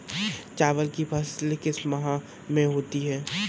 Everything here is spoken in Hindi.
चावल की फसल किस माह में होती है?